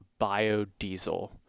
biodiesel